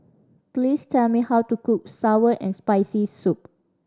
please tell me how to cook sour and Spicy Soup